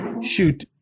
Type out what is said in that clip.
Shoot